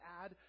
add